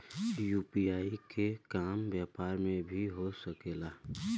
UPI के काम व्यापार में भी हो सके ला?